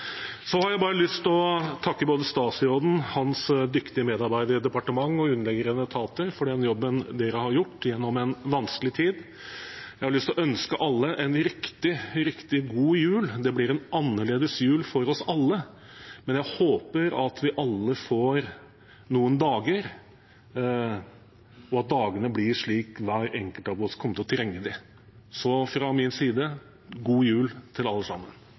har bare lyst til å takke både statsråden, hans dyktige medarbeidere, departement og underliggende etater for den jobben de har gjort gjennom en vanskelig tid. Jeg har lyst til å ønske alle en riktig, riktig god jul! Det blir en annerledes jul for oss alle, men jeg håper at vi alle får noen dager, og at dagene blir slik hver enkelt av oss kommer til å trenge dem. Så fra min side: God jul til alle sammen!